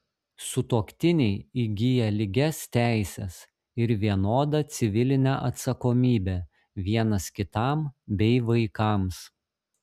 sutuoktiniai įgyja lygias teises ir vienodą civilinę atsakomybę vienas kitam bei vaikams